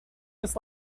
was